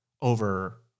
over